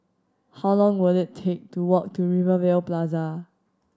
how long will it take to walk to Rivervale Plaza